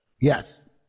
Yes